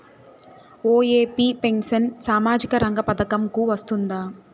OAP pension సామాజిక రంగ పథకం కు వస్తుందా?